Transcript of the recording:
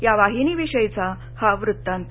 या वाहिनीविषयीचा हा वृत्तांत